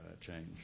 change